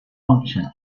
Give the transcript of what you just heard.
functions